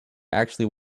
actually